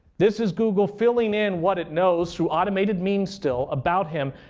this is google filling in what it knows, through automated means still, about him,